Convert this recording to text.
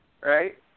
right